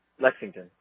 Lexington